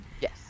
Yes